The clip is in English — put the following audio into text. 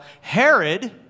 Herod